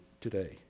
today